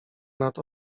nad